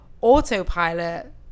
autopilot